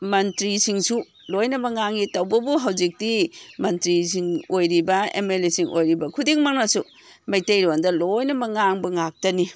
ꯃꯟꯇ꯭ꯔꯤꯁꯤꯡꯁꯨ ꯂꯣꯏꯅꯃꯛ ꯉꯥꯡꯏ ꯇꯧꯕꯕꯨ ꯍꯧꯖꯤꯛꯇꯤ ꯃꯟꯇ꯭ꯔꯤꯁꯤꯡ ꯑꯣꯏꯔꯤꯕ ꯑꯦꯝ ꯑꯦꯜ ꯑꯦꯁꯤꯡ ꯑꯣꯏꯔꯤꯕ ꯈꯨꯗꯤꯡꯃꯛꯅꯁꯨ ꯃꯩꯇꯩꯔꯣꯟꯗ ꯂꯣꯏꯅꯃꯛ ꯉꯥꯡꯕ ꯉꯥꯛꯇꯅꯤ